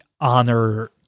honor